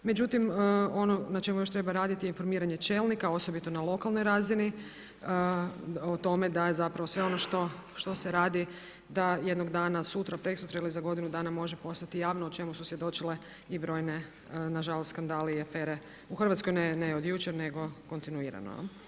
Međutim, ono na čemu još treba raditi je formiranje čelnika osobito na lokalnoj razini, o tome da je zapravo sve ono što se radi da jednog dana, sutra, prekosutra ili za godinu dana može postati javno o čemu su svjedočile i brojne, nažalost skandali i afere u Hrvatskoj ne od jučer nego kontinuirano.